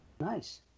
nice